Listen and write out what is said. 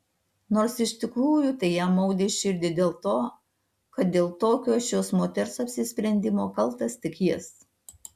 nors iš tikrųjų tai jam maudė širdį dėl to kad dėl tokio šios moters apsisprendimo kaltas tik jis